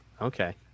okay